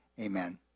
amen